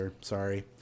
sorry